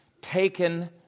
taken